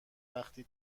وقتی